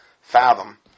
fathom